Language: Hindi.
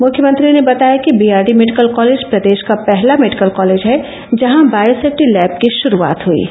मुख्यमंत्री ने बताया कि बीआरडी मेडिकल कॉलेज प्रदेश का पहला मेडिकल कॉलेज है जहां बायोसेफ्टी लैब की शुरूआत हयी है